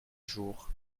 jour